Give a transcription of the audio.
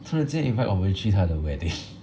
突然间 invite 我们去他的 wedding